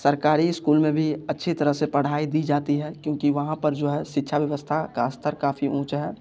सरकारी स्कूल में भी अच्छी तरह से पढ़ाई दी जाती है क्योंकि वहाँ पर जो है शिक्षा व्यवस्था का स्तर काफ़ी ऊँचा है